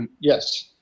Yes